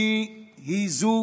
מי היא זו